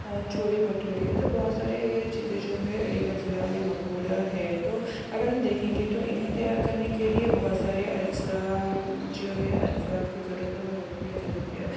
چھولے بھٹورے تو بہت سارے چیزیں جو ہے علی گڑھ ضلع میں مقبول ہے تو اگر ہم دیکھیں گے تو انہیں تیار کرنے کے لیے بہت سارے اجزا جو ہے اجزا کی ضرورت ہوتی ہے جیسے کہ